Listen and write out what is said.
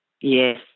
Yes